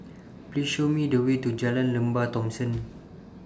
Please Show Me The Way to Jalan Lembah Thomson